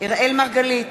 אראל מרגלית,